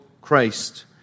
Christ